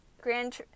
Grand